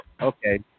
Okay